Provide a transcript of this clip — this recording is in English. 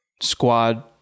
squad